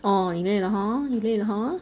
orh 你累了 hor 你累了 hor